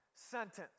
sentence